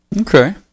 Okay